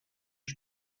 que